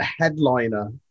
headliner